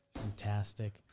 Fantastic